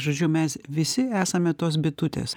žodžiu mes visi esame tos bitutės